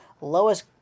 lowest